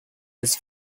his